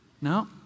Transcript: No